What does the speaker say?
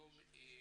היום היא